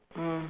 mm